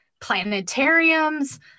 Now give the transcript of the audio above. planetariums